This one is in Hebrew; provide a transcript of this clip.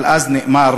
אבל מה שנאמר,